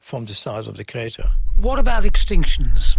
from the size of the crater. what about extinctions?